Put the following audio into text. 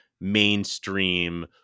mainstream